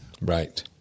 Right